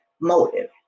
motive